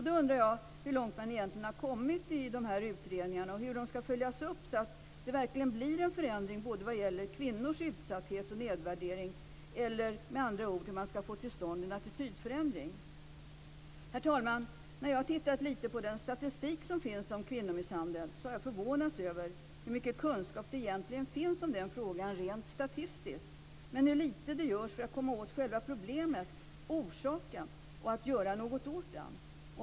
Då undrar jag hur långt man egentligen har kommit i dessa utredningar och hur de skall följas upp så att det verkligen blir en förändring vad gäller kvinnors utsatthet och nedvärdering, med andra ord hur man skall få till stånd en attitydförändring. Herr talman! När jag har tittat lite på den statistik som finns på kvinnomisshandel har jag förvånats över hur mycket kunskap det egentligen finns om den frågan rent statistiskt och hur lite det görs för att komma åt själva problemet, orsaken.